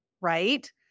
right